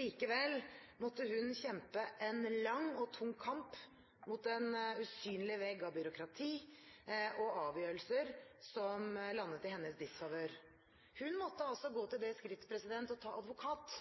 Likevel måtte hun kjempe en lang og tung kamp mot en usynlig vegg av byråkrati og avgjørelser som landet i hennes disfavør. Hun måtte altså gå til det skrittet å ta advokat